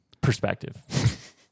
perspective